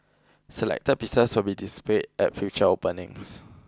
selected pieces will be displayed at future openings